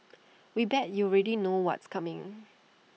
we bet you already know what's coming